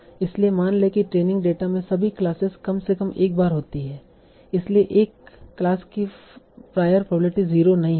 इसलिए मान लें कि ट्रेनिंग डेटा में सभी क्लासेस कम से कम एक बार होती हैं इसलिए एक क्लास की प्रायर प्रोबेबिलिटी 0 नहीं होगी